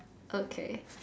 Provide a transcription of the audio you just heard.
okay